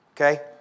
okay